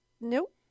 Nope